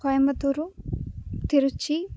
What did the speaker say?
Coimbatore Tiruchi